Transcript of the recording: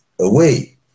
away